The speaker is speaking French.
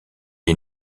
est